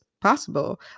possible